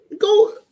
go